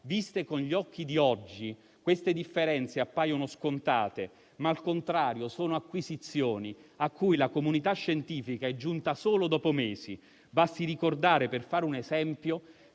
Viste con gli occhi di oggi, queste differenze appaiono scontate, ma al contrario sono acquisizioni a cui la comunità scientifica è giunta solo dopo mesi. Basti ricordare, per fare un esempio,